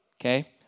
okay